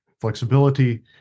flexibility